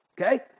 okay